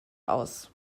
aus